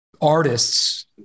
artists